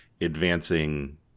advancing